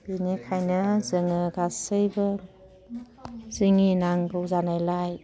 बिनिखायनो जोङो गासैबो जोंनि नांगौ जानायलाय